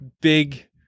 big